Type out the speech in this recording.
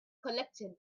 collected